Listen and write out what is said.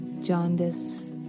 jaundice